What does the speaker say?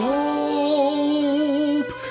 hope